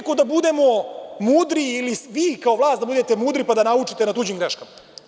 Nikako da budemo mudri ili vi kao vlast da budete mudri pa da naučite na tuđim greškama.